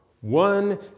one